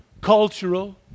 cultural